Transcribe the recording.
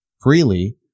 freely